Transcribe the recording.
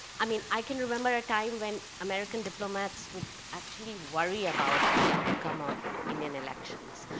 i mean, i can remember a time when american diplomats would actually worry about the outcome of indian elections.